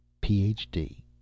Ph.D